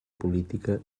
política